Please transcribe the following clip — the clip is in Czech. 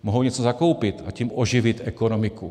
Mohou něco zakoupit, a tím oživit ekonomiku.